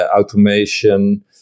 automation